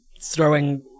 throwing